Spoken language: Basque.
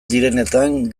direnetan